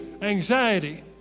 anxiety